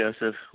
Joseph